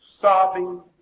sobbing